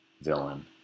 villain